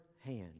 hand